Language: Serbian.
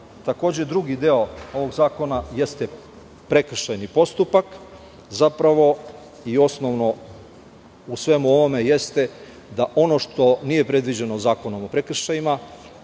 zakona. Takođe drugi deo ovog zakona jeste prekršajni postupak zapravo i osnovno u svemu ovome jeste da ono što nije predviđeno Zakonom o prekršajima